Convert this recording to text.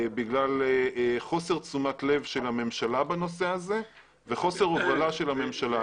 בגלל חוסר תשומת לב של הממשלה בנושא הזה וחוסר הובלה של הממשלה.